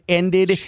ended